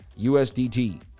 usdt